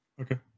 Okay